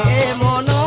am on